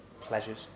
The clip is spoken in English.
pleasures